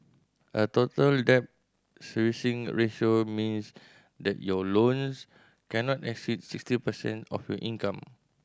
a Total Debt Servicing Ratio means that your loans cannot exceed sixty percent of your income